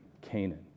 Canaan